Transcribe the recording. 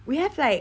we have like